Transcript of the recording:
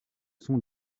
sont